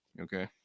Okay